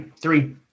Three